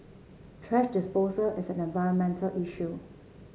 thrash disposal is an environmental issue